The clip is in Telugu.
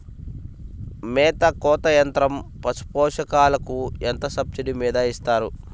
మేత కోత యంత్రం పశుపోషకాలకు ఎంత సబ్సిడీ మీద ఇస్తారు?